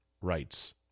rights